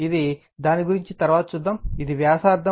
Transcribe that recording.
ఇది rదాని గురించి తర్వాత చూద్దాము ఇది వ్యాసార్థం